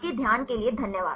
आपके ध्यान के लिए धन्यवाद